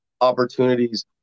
opportunities